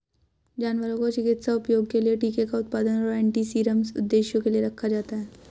जानवरों को चिकित्सा उपयोग के लिए टीके का उत्पादन और एंटीसीरम उद्देश्यों के लिए रखा जाता है